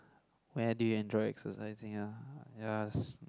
where do you enjoy exercising ah yes